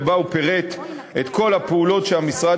ובה הוא פירט את כל הפעולות שהמשרד